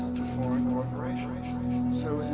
to foreign corporations. so